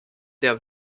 der